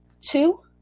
Two